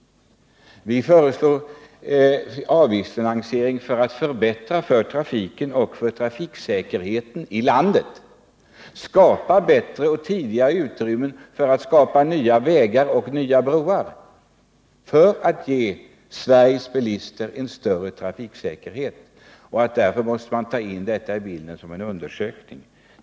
Vi föreslår i stället en avgiftsfinansiering — för att underlätta trafiken och förbättra trafiksäkerheten i landet. Det medför också tidigare och bättre utrymmen för att skapa nya vägar och nya broar, som ger Sveriges bilister större trafiksäkerhet. Därför måste man ta in detta i bilden och göra en undersökning.